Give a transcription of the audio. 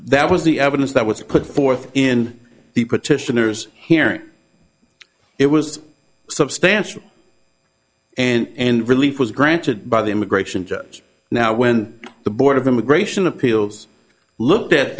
that was the evidence that was put forth in the petitioners hearing it was substantial and relief was granted by the immigration judge now when the board of immigration appeals looked at